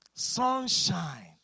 sunshine